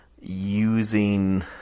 using